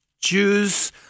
Jews